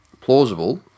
plausible